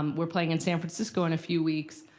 um we're playing in san francisco in a few weeks,